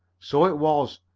so it was,